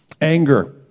Anger